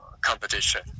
competition